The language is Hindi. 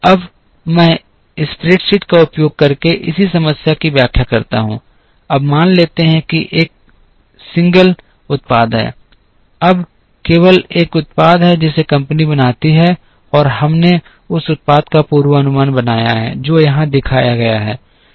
अब मैं स्प्रेडशीट का उपयोग करके इस समस्या की व्याख्या करता हूं अब मान लेते हैं कि एक एकल उत्पाद है अब केवल एक उत्पाद है जिसे कंपनी बनाती है और हमने उस उत्पाद का पूर्वानुमान बनाया है जो यहां दिखाया गया है